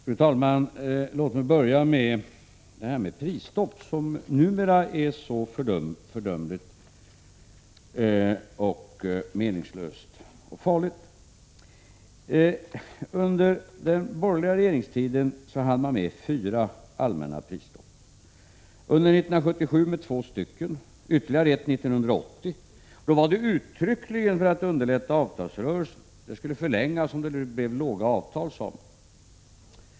Fru talman! Låt mig börja med prisstoppet, som numera är så fördömligt, meningslöst och farligt. Under den borgerliga regeringstiden hann man med fyra allmänna prisstopp. Under 1977 var det två stycken och ytterligare ett kom 1980. Då infördes det uttryckligen för att underlätta avtalsrörelsen, och det skulle förlängas om det blev låga avtal, sade man.